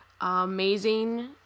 Amazing